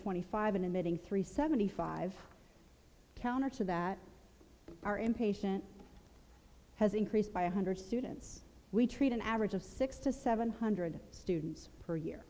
twenty five an imaging three seventy five counter to that are impatient has increased by one hundred students we treat an average of six to seven hundred students per year